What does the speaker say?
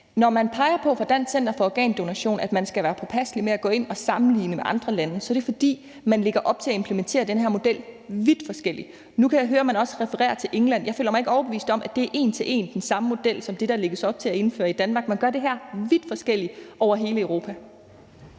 side peger på, at man skal være påpasselig med at gå ind og sammenligne med andre lande, er det, fordi man lægger op til at implementere den her model vidt forskelligt. Nu kan jeg høre, at man også refererer til England. Jeg føler mig ikke overbevist om, at det er en til en den samme model som den, der lægges op til at indføre i Danmark. Man gør det her vidt forskelligt over hele Europa.